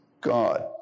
God